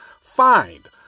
Find